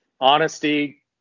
Honesty